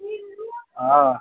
हँ